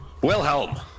Wilhelm